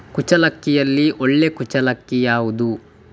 ಕುಚ್ಚಲಕ್ಕಿಯಲ್ಲಿ ಒಳ್ಳೆ ಕುಚ್ಚಲಕ್ಕಿ ಯಾವುದು?